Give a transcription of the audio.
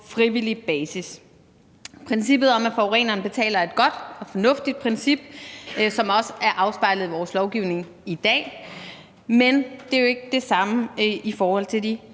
frivillig basis. Princippet om, at forureneren betaler, er et godt og fornuftigt princip, som også er afspejlet i vores lovgivning i dag, men det er jo ikke det samme i forhold til de